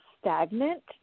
stagnant